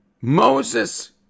Moses